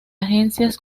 agencias